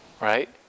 Right